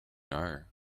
know